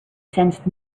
sensed